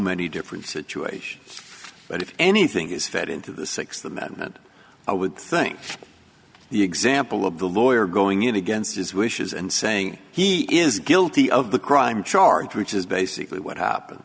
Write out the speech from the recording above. many different situations but if anything is fed into the sixth amendment i would think the example of the lawyer going in against his wishes and saying he is guilty of the crime charge which is basically what happened